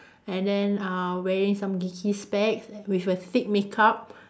and then uh wearing some geeky specs with a thick makeup